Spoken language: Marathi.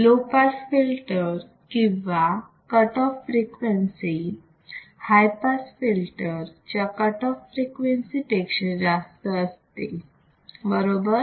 लो पास फिल्टर ची cut of frequency high pass filter च्या कट ऑफ फ्रिक्वेन्सी पेक्षा जास्त असते बरोबर